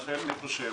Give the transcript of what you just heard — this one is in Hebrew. לכן אני חושב